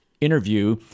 interview